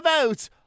vote